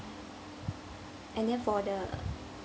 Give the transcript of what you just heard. and then for the